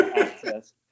access